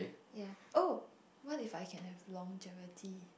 ya oh what if I can have longevity